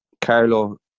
Carlo